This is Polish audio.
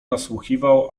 nasłuchiwał